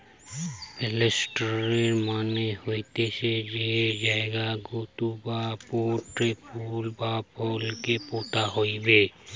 planters মানে হতিছে যেই জায়গাতু বা পোটে ফুল বা ফল কে পোতা হইবে